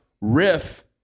riff